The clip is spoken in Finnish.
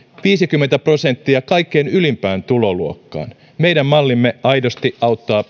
viisikymmentä prosenttia kaikkein ylimpään tuloluokkaan meidän mallimme aidosti auttaa